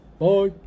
Bye